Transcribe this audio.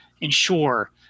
ensure